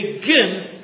begin